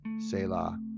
Selah